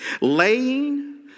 Laying